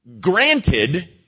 granted